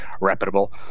reputable